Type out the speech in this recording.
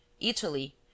italy